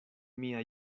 mia